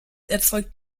erzeugt